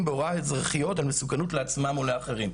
בהוראות אזרחיות על מסוכנות לעצמם או לאחרים.